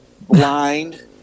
blind